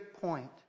point